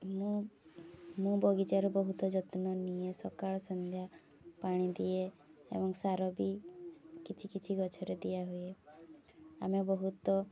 ମୁଁ ମୋ ବଗିଚାରୁ ବହୁତ ଯତ୍ନ ନିଏ ସକାଳ ସନ୍ଧ୍ୟା ପାଣି ଦିଏ ଏବଂ ସାର ବି କିଛି କିଛି ଗଛରେ ଦିଆହୁଏ ଆମେ ବହୁତ